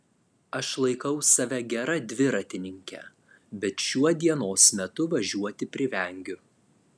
aš laikau save gera dviratininke bet šiuo dienos metu važiuoti privengiu